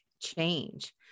Change